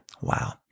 Wow